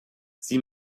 sie